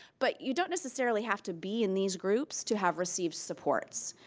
but you don't necessarily have to be in these groups to have received supports.